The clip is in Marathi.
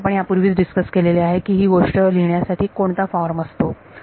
आणि आपण यापूर्वीच डिस्कस केलेले आहे की ही गोष्ट लिहिण्यासाठी कोणता फॉर्म असतो